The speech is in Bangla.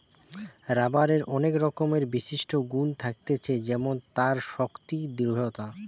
রাবারের অনেক রকমের বিশিষ্ট গুন থাকতিছে যেমন তার শক্তি, দৃঢ়তা